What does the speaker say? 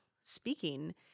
speaking